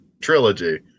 trilogy